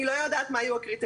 אני לא יודעת מה היו הקריטריונים.